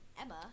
Emma